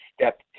step